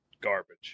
garbage